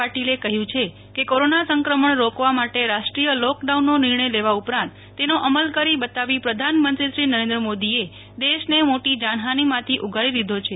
પાટિલે કહ્યુ છે કે કોરોના સંક્રમણ રોકવા માટે રાષ્ટ્રીય લોકડાઉનનો નિર્ણય લેવા ઉપરાંત તેનો અમલ કરી બતાવી પ્રધાનમંત્રી નરેન્દ્ર મોદીએ દેશને મોટી જાનહાનિમાંથી ઉગારી લીધો છે